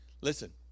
listen